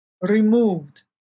removed